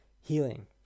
healing